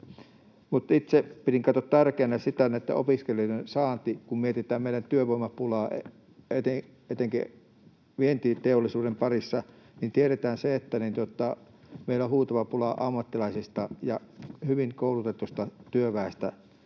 Itse pidin tärkeänä näitten opiskelijoiden saantia. Kun mietitään meidän työvoimapulaa etenkin vientiteollisuuden parissa, niin tiedetään se, että meillä on huutava pula ammattilaisista ja hyvin koulutetusta työväestä.